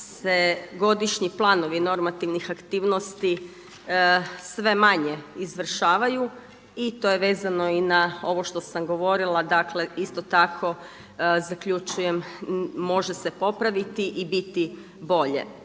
se godišnji planovi normativnih aktivnosti sve manje izvršavaju i to je vezano i na ovo što sam govorila, dakle isto tako zaključujem može se popraviti i biti bolje.